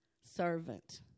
servant